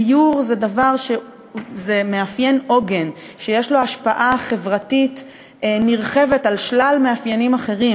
דיור זה מאפיין עוגן שיש לו השפעה חברתית נרחבת על שלל מאפיינים אחרים.